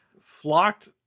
flocked